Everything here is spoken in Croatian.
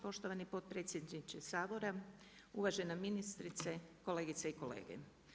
Poštovani potpredsjedniče Sabora, uvažena ministrice, kolegice i kolege.